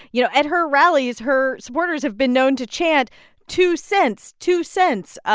you know, at her rallies, her supporters have been known to chant two cents, two cents,